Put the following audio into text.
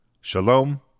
shalom